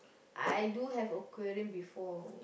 I do have aquarium before